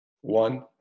one